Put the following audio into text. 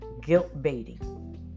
guilt-baiting